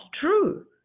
true